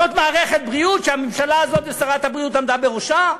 זאת מערכת הבריאות שהממשלה הזאת ושרת הבריאות עמדה בראשה.